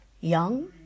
young